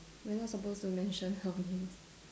we're not supposed to mention our names